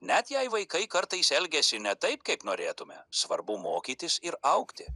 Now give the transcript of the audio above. net jei vaikai kartais elgiasi ne taip kaip norėtume svarbu mokytis ir augti